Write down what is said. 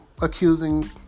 accusing